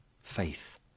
faith